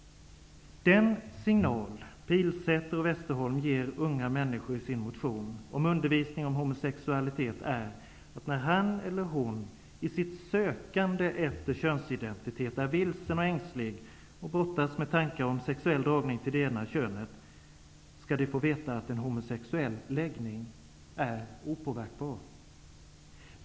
Den signal Pilsäter/Westerholm i sin motion ger unga människor om undervisning om homosexualitet är att när han eller hon i sökandet efter sin könsidentitet är vilsen och ängslig och brottas med tankar om sexuell dragning till det egna könet skall de få veta att en homosexuell läggning är opåverkbar!